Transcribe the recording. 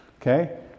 okay